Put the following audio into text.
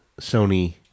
Sony